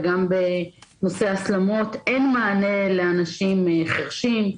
וגם בנושא ההסלמות אין מענה לאנשים חרשים,